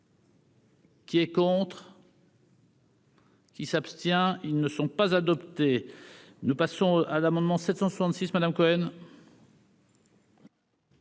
Qui est contre. Qui s'abstient, ils ne sont pas adoptés, nous passons à l'amendement 766 Madame Cohen.